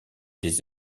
des